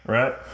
Right